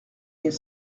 mille